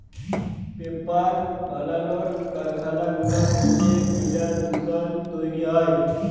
paper বালালর কারখালা গুলা থ্যাইকে ম্যালা দুষল তৈরি হ্যয়